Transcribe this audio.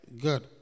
Good